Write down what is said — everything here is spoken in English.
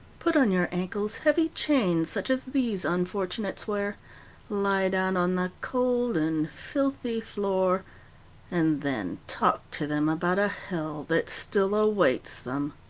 put on your ankles heavy chains such as these unfortunates wear lie down on the cold and filthy floor and then talk to them about a hell that still awaits them